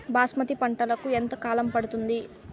బాస్మతి పంటకు ఎంత కాలం పడుతుంది?